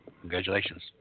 congratulations